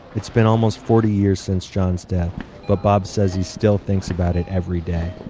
it's been almost forty years since john's death but bob says he still thinks about it every day.